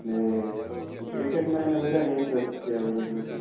એટલે ક્રિકેટમાં એને વધારે ઇન્ટરેસ્ટ છે તો હવે શું